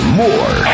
more